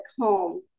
home